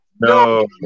No